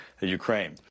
Ukraine